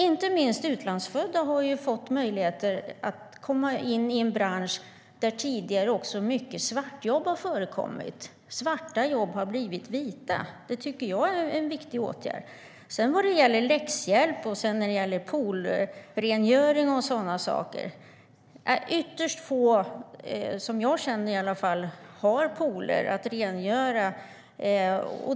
Inte minst utlandsfödda har fått möjligheter att komma in i en bransch där mycket svartjobb förekommit tidigare. Svarta jobb har blivit vita. Det tycker jag är en viktig åtgärd. När det gäller läxhjälp, poolrengöring och sådant är det ytterst få, i alla fall som jag känner, som har pooler att rengöra.